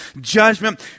judgment